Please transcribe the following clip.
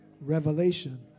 Revelation